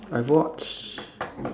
I have watched